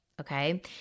Okay